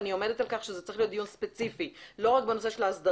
אני עומדת על כך שזה צריך להיות דיון ספציפי לא רק בנושא של ההסדרה,